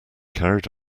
carried